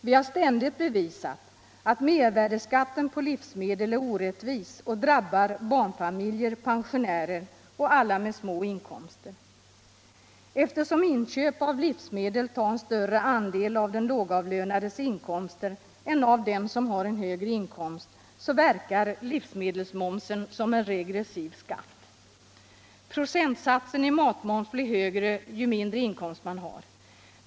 Vi har ständigt bevisat att mervärdeskatten på livsmedel är orättvis och drabbar barnfamiljer, pensionärer och alla med små inkomster. Eftersom inköp av livsmedel tar en större andel av den lågavlönades inkomster än av den som har högre inkomst. verkar livsmedelsmomscen som en regressiv skatt. Procentsatsen iI matmoms blir högre ju mindre inkomst man har.